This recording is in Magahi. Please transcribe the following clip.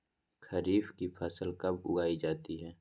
खरीफ की फसल कब उगाई जाती है?